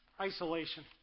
Isolation